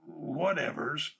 whatevers